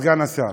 סגן השר.